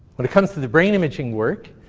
when it comes to the brain imaging work,